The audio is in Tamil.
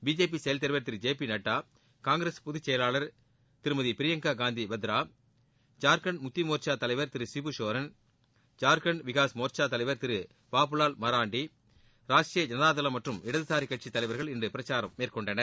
பிஜேபி செயல் தலைவர் திரு ஜே பி நட்டா காங்கிரஸ் பொதுச் செயலாளர் திருமதி பிரியங்கா காந்தி வத்ரா ஜார்க்கண்ட் முக்தி மோர்ச்சா தலைவர் திரு சிபுசோரன் ஜார்க்கண்ட் விகாஸ் மோர்ச்சா தலைவர் திரு பாபுலால் மராண்டி ராஷ்டீரிய ஜனதா தளம் மற்றும் இடதுசாரி கட்சித் தலைவர்கள் இன்று பிரச்சாரம் மேற்கொண்டனர்